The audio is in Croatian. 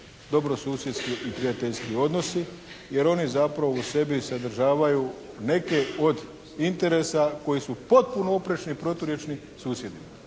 dobrosusjedski i prijateljski odnosi jer oni zapravo u sebi sadržavaju neke od interesa koji su potpuno oprečni i proturječni susjedima